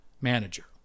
manager